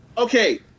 Okay